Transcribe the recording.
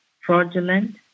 fraudulent